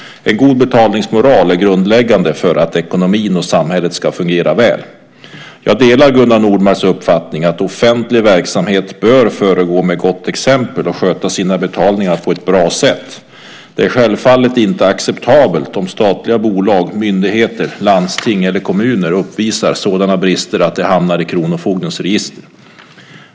En god betalningsmoral är grundläggande för att ekonomin och samhället ska fungera väl. Jag delar Gunnar Nordmarks uppfattning att offentlig verksamhet bör föregå med gott exempel och sköta sina betalningar på ett bra sätt. Det är självfallet inte acceptabelt om statliga bolag, myndigheter, landsting eller kommuner uppvisar sådana brister att de hamnar i kronofogdens register.